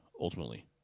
Ultimately